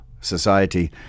society